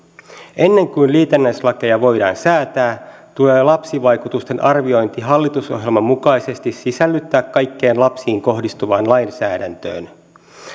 ennen kuin liitännäislakeja voidaan säätää tulee lapsivaikutusten arviointi hallitusohjelman mukaisesti sisällyttää kaikkeen lapsiin kohdistuvaan lainsäädäntöön